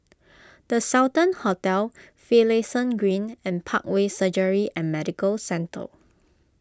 the Sultan Hotel Finlayson Green and Parkway Surgery and Medical Centre